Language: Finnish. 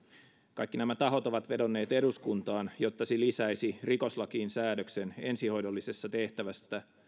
kaikki nämä tahot ovat vedonneet eduskuntaan jotta se lisäisi rikoslakiin säädöksen ensihoidollisessa tehtävässä